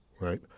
right